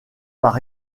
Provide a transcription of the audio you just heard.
par